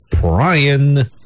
Brian